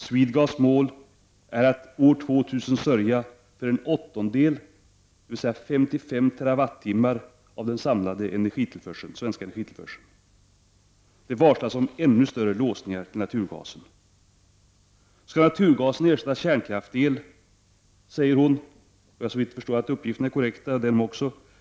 ——- Swedegas” mål är att år 2000 sörja för en åttondel, eller 55 TWh, av den samlade svenska energitillförseln. -——- Det varslar om en ännu större låsning till naturgasen. -—-—- Ska naturgasen ersätta kärnkraftsel